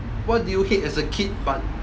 what do you hate as a kid but